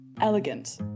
elegant